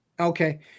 Okay